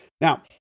Now